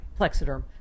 Plexiderm